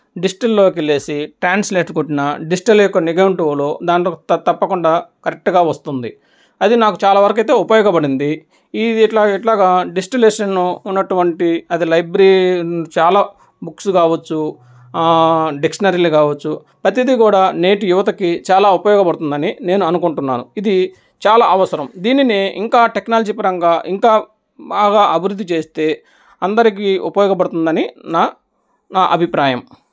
డిస్టల్లోకి వెళ్ళి ట్రాన్స్లేట్ కొట్టిన డిస్టల్ యొక్క నిఘంటువులు దాంట్లో తప్పకుండా కరెక్ట్గా వస్తుంది అది నాకు చాలా వరకైతే ఉపయోగపడింది ఇది ఇట్లా ఇట్లాగా డిజిటలైజేషన్ ఉన్నటువంటి అది లైబ్రరి చాలా బుక్స్ కావచ్చు డిక్షనరీలు కావచ్చు ప్రతిదీ కూడా నేటి యువతకి చాలా ఉపయోగపడుతుంది అని నేను అనుకుంటున్నాను ఇది చాలా అవసరం దీనిని ఇంకా టెక్నాలజీ పరంగా ఇంకా బాగా అభివృద్ధి చేస్తే అందరికి ఉపయోగపడుతుంది అని నా నా అభిప్రాయం